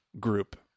group